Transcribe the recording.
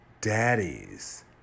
Daddies